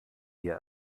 wir